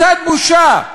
קצת בושה.